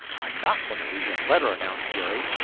i'm not going to lose that letter, announced jerry.